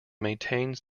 maintains